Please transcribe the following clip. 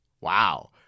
Wow